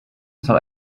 soll